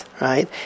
right